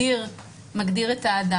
שמגדיר את האדם,